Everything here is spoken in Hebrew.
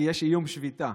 כי יש איום שביתה.